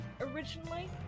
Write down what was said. originally